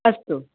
अस्तु